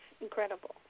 incredible